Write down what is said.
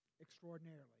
extraordinarily